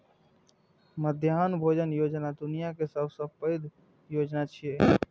मध्याह्न भोजन योजना दुनिया के सबसं पैघ योजना छियै